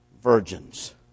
virgins